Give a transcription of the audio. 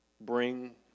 Bring